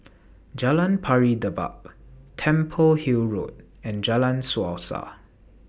Jalan Pari Dedap Temple Hill Road and Jalan Suasa